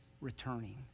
returning